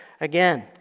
again